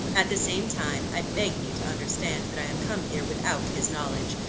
at the same time, i beg you to understand that i have come here without his knowledge.